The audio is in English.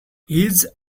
his